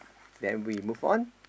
then we move on